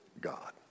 God